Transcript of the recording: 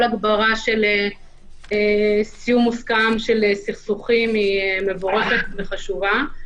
הגברה של סיום מוסכם של סכסוכים היא מבורכת וחשובה.